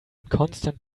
constant